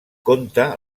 conta